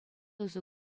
усӑ